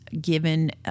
given